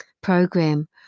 program